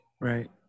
right